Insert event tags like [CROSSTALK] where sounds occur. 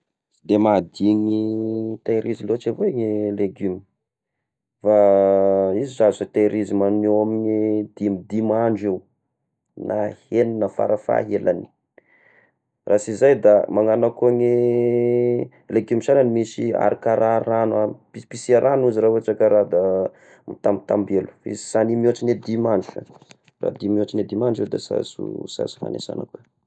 Sy de mahadigny tehirizy loatra avao ny legiomy, [NOISE] fa izy azo tehirizy ma- eo amin'ny dimidimy andro ne egnina farafahaelagny, raha sy izay da magnana koa ny legiomy saragny misy araka raha ragno, pisipisia ragno izy raha ohatra ka [HESITATION] mitambitamby elo, izy saly mihoatry dimy andro sa, fa di- mihoatry dimy andro izy da sy azo hagny sana koa.